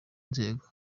nzego